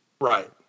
Right